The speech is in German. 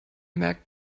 merkt